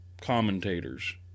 commentators